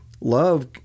love